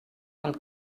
pel